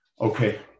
Okay